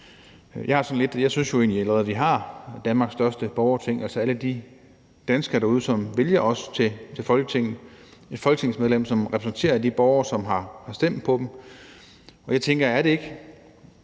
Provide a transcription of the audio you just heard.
synes, at vi allerede har Danmarks største borgerting, altså alle de danskere derude, som vælger os til Folketinget – folketingsmedlemmer, som repræsenterer de borgere, som har stemt på dem. Og jeg tænker: Er det ikke